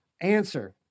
Answer